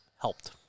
helped